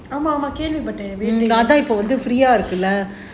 ஆமா ஆமா கேள்வி பட்டேன்:aamaa aamaa kaelvi pattaen